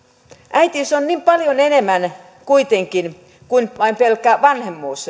äitiys on niin paljon enemmän kuitenkin kuin vain pelkkä vanhemmuus